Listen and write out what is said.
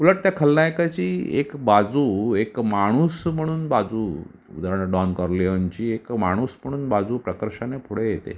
उलट त्या खलनायकाची एक बाजू एक माणूस म्हणून बाजू उदारण डॉन कार्लीऑनची एक माणूस म्हणून बाजू प्रकर्षाने पुढं येते